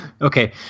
Okay